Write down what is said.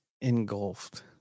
engulfed